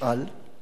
והשיב: